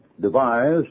devised